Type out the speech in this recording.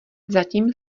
zatím